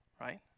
Right